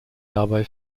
dabei